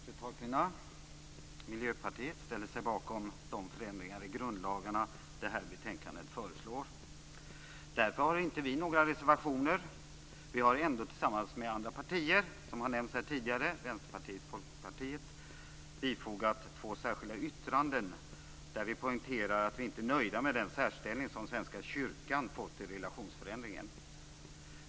Fru talman! Miljöpartiet ställer sig bakom de förändringar i grundlagarna som betänkandet föreslår. Därför har inte vi några reservationer. Vi har ändå tillsammans med andra partier som har nämnts här tidigare, Vänsterpartiet och Folkpartiet, bifogat två särskilda yttranden där vi poängterar att vi inte är nöjda med den särställning som Svenska kyrkan fått i relationsförändringen.